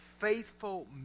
faithful